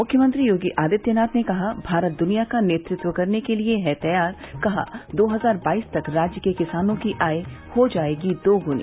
मुख्यमंत्री योगी आदित्यनाथ ने कहा भारत दुनिया का नेतृत्व करने के लिए है तैयार कहा दो हजार बाईस तक राज्य के किसानों की आय हो जायेगी दोगुनी